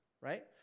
right